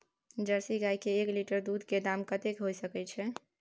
Jersey गाय के एक लीटर दूध के दाम कतेक होय सके छै?